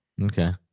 Okay